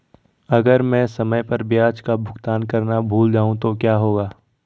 अगर मैं समय पर ब्याज का भुगतान करना भूल जाऊं तो क्या होगा?